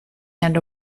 and